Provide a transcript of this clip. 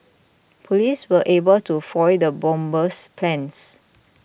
police were able to foil the bomber's plans